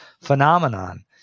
phenomenon